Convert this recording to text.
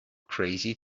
crazy